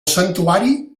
santuari